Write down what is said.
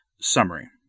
Summary